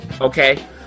okay